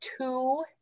two